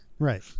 Right